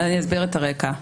אסביר את הרקע.